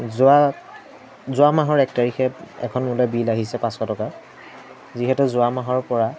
যোৱা যোৱা মাহৰ এক তাৰিখে এখন মোলৈ বিল আহিছে পাঁচশ টকাৰ যিহেতু যোৱা মাহৰপৰা